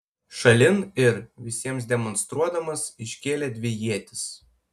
šalin ir visiems demonstruodamas iškėlė dvi ietis